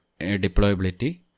deployability